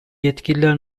yetkililer